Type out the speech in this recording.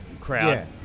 crowd